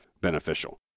beneficial